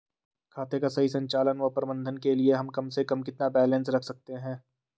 खाते का सही संचालन व प्रबंधन के लिए हम कम से कम कितना बैलेंस रख सकते हैं?